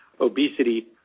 obesity